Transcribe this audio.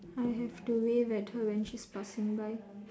I have to wave at her when she's passing by